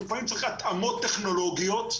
הוא צריך התאמות טכנולוגיות,